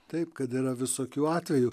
taip kad yra visokių atvejų